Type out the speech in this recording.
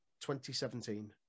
2017